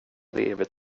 evigt